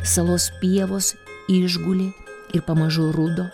salos pievos išgulė ir pamažu rudo